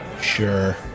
sure